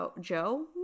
Joe